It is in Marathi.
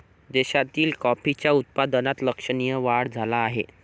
देशातील कॉफीच्या उत्पादनात लक्षणीय वाढ झाला आहे